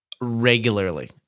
regularly